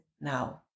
now